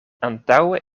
antaŭe